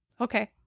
Okay